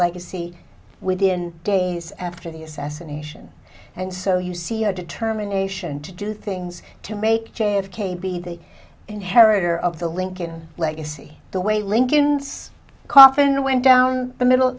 legacy within days after the assassination and so you see a determination to do things to make j f k be the inheritor of the lincoln legacy the way lincoln's coffin went down the middle